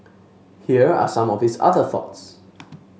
here are some of his other thoughts